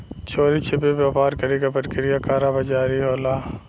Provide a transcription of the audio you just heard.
चोरी छिपे व्यापार करे क प्रक्रिया कालाबाज़ारी होला